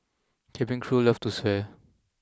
cabin crew love to swear